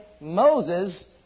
Moses